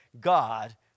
God